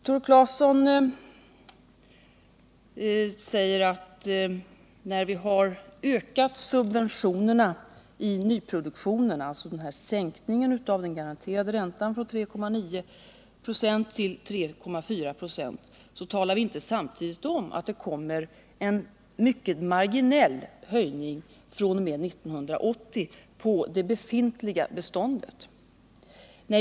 Tore Claeson säger att vi, när vi har ökat subventionerna i nyproduktionen, alltså sänkningen av den garanterade räntan från 3,9 96 till 3,4 96, inte samtidigt har talat om att det kommer en mycket marginell höjning fr.o.m. 1980 på det befintliga beståndet.